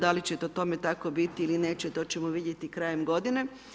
Da li će to tome tako biti ili neće to ćemo vidjeti krajem godine.